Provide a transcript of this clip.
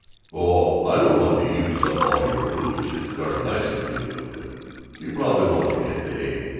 oh, i don't want to use up all your hootch. it's darn nice of you, but you probably want to hit the hay.